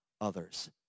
others